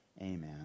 Amen